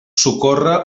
socórrer